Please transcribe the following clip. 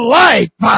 life